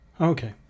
okay